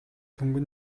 хөнгөн